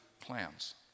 plans